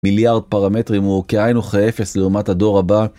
מיליארד פרמטרים הוא כאין וכאפס לעומת הדור הבא